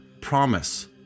promise